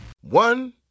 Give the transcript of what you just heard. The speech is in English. One